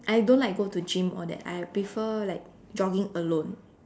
I don't like go to gym all that I prefer like jogging alone